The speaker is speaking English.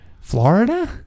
Florida